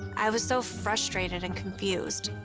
i was so frustrated and confused.